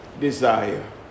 desire